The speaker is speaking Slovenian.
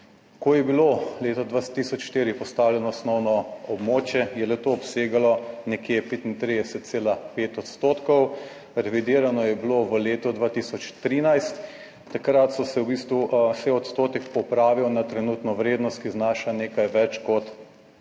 Ko je bilo leto 2004 postavljeno osnovno območje, je le to obsegalo nekje 35,5 %, revidirano je bilo v letu 2013. Takrat se je odstotek popravil na trenutno vrednost, ki znaša nekaj več kot